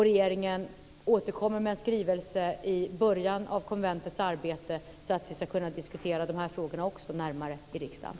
Regeringen återkommer med en skrivelse i början av konventets arbete så att vi ska kunna diskutera också de här frågorna närmare i riksdagen.